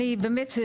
אני באמת,